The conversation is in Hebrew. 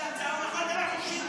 הוא יצא, הוא יכול לדבר חופשי.